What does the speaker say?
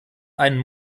einen